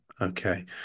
Okay